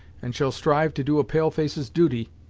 and shall strive to do a pale-face's duty,